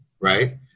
right